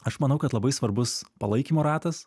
aš manau kad labai svarbus palaikymo ratas